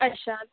अच्छा